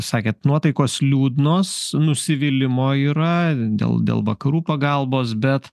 sakėt nuotaikos liūdnos nusivylimo yra dėl dėl vakarų pagalbos bet